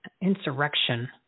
insurrection